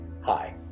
Hi